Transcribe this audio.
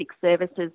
services